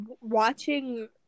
watching